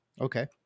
Okay